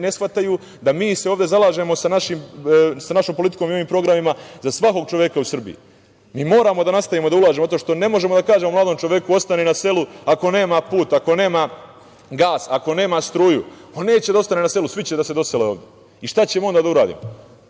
ne shvataju da se mi ovde zalažemo sa našom politikom i ovim programima za svakog čoveka u Srbiji. Mi moramo da nastavimo da ulažemo, zato što ne možemo da kažemo mladom čoveku ostani na selu ako nema put, ako nema gas, ako nema struju. On neće da ostane na selu, svi će da se dosele ovde. I šta ćemo onda da uradimo?